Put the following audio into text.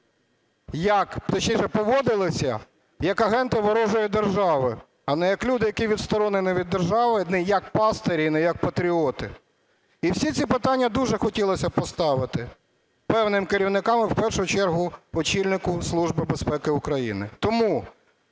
точніше, поводилися як агенти ворожої держави, а не як люди, які відсторонені від держави, не як пастирі і не як патріоти. І всі ці питання дуже хотілося б поставити певним керівникам, і в першу чергу очільнику Служби безпеки України. Тому